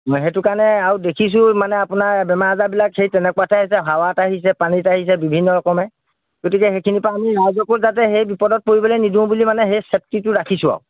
অঁ সেইটো কাৰণে আৰু দেখিছোঁ মানে আপোনাৰ বেমাৰ আজাৰবিলাক সেই তেনেকুৱাতে আহিছে সেই হাৱাত আহিছে পানীত আহিছে বিভিন্ন ৰকমে গতিকে সেইখিনিৰপৰা আমি ৰাইজকো যাতে সেই বিপদত পৰিবলৈ নিদিওঁ বুলি মানে সেই চেফটিটো ৰাখিছোঁ আৰু